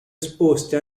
esposte